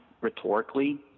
rhetorically